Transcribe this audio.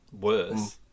worse